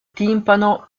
timpano